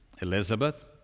Elizabeth